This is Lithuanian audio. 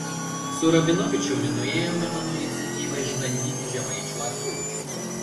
su rabinovičiumi nuėjome mano iniciatyva išbandyti žemaičių ąsočio